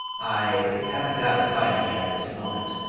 i haven't got it by me at this moment,